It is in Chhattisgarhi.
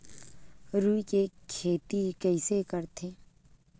रुई के खेती कइसे करथे?